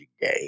game